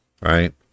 right